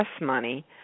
money